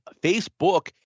Facebook